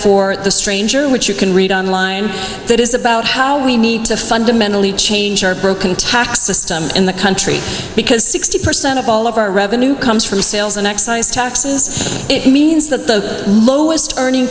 at the stranger which you can read on line that is about how we need to fundamentally change our broken tax system in the country because sixty percent of all of our revenue comes from sales and excise taxes it means that the lowest earning